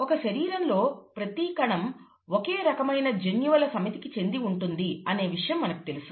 ఒక శరీరంలో ప్రతి కణం ఒకే రకమైన జన్యువుల సమితికి చెంది ఉంటుంది అనే విషయం మనకు తెలుసు